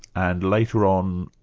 and later on,